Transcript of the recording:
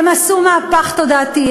הם עשו מהפך תודעתי,